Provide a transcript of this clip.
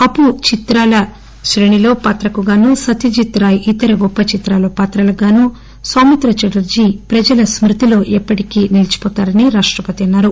అప్పు చిత్రాల శ్రేణిలో పాత్రకుగానూ సత్నజిత్ రాయ్ ఇతర గొప్ప చిత్రాల్లో పాత్రలకు గాను సౌమిత్ర ఛటర్దీ ప్రజల సంస్కృతిలో ఎప్పటికీ నిలిచిపోతారని రాష్టపతి అన్నారు